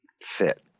fit